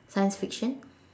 science fiction